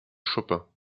chopin